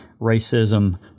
racism